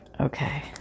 Okay